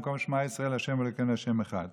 במקום "שמע ישראל ה' אלוקינו ה' אחד",